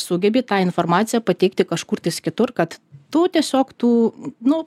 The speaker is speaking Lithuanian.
sugebi tą informaciją pateikti kažkur tais kitur kad tu tiesiog tu nu